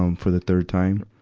um for the third time.